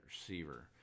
receiver